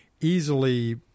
easily